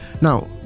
now